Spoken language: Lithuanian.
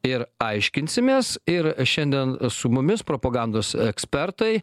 ir aiškinsimės ir šiandien su mumis propagandos ekspertai